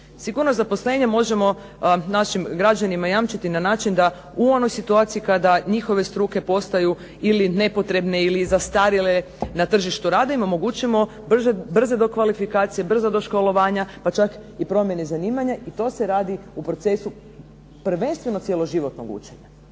Sigurnost zaposlenja možemo našim građanima jamčiti na način da u onoj situaciji kada njihove struke postaju ili nepotrebne ili zastarjele na tržištu rada, im omogućimo brze dokvalifikacije, brza doškolovanja pa čak i promjene zanimanja. I to se radi u procesu prvenstveno cjeloživotnog učenja